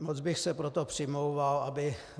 Moc bych se proto přimlouval,